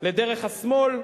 לדרך השמאל,